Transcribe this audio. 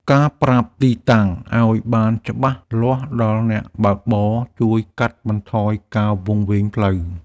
ការប្រាប់ទីតាំងឱ្យបានច្បាស់លាស់ដល់អ្នកបើកបរ ជួយកាត់បន្ថយការវង្វេងផ្លូវ។